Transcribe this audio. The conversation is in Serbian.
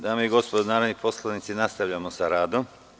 Dame i gospodo narodni poslanici, nastavljamo sa radom.